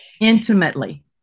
intimately